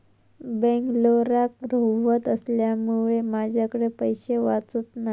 बेंगलोराक रव्हत असल्यामुळें माझ्याकडे पैशे वाचत नाय